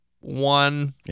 one